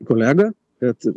kolega kad